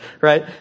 right